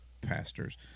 pastors